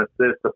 assists